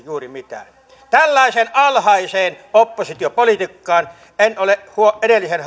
juuri mitään tällaiseen alhaiseen oppositiopolitiikkaan en ole huomannut että edellisen